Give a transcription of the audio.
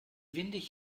windig